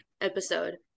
episode